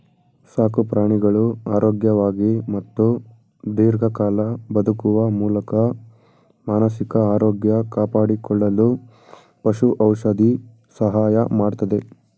ಸಾಕುಪ್ರಾಣಿಗಳು ಆರೋಗ್ಯವಾಗಿ ಮತ್ತು ದೀರ್ಘಕಾಲ ಬದುಕುವ ಮೂಲಕ ಮಾನಸಿಕ ಆರೋಗ್ಯ ಕಾಪಾಡಿಕೊಳ್ಳಲು ಪಶು ಔಷಧಿ ಸಹಾಯ ಮಾಡ್ತದೆ